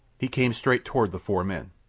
he came straight toward the four men.